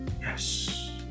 yes